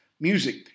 music